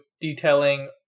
detailing